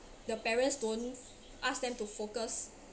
the parents don't ask them to focus